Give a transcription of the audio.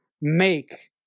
make